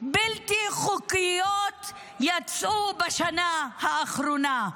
בלתי חוקיות יצאו בשנה האחרונה?